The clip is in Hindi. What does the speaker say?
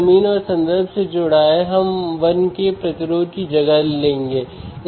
लेकिन अभी के लिए यह ठीक है